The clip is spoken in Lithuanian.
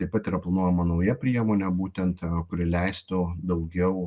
taip pat yra planuojama nauja priemonė būtent kuri leistų daugiau